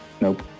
nope